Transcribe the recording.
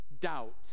doubt